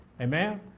amen